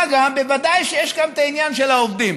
מה גם שבוודאי יש גם את העניין של העובדים,